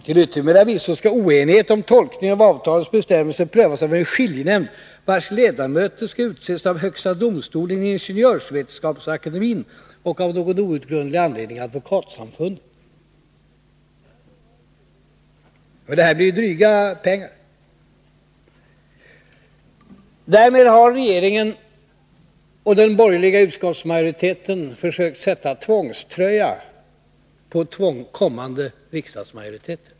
Till yttermera visso skall oenighet om tolkning av avtalets bestämmelser prövas av en skiljenämnd vars ledamöter skall utses av högsta domstolen, ingenjörsvetenskapsakademien och, av någon oundgrundlig anledning, av Advokatsamfundet. Det här blir dryga pengar. Därmed har regeringen och den borgerliga utskottsmajoriteten försökt att sätta tvångströja på kommande riksdagsmajoriteter.